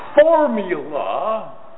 formula